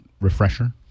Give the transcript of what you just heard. refresher